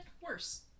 Worse